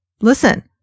Listen